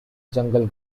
jungle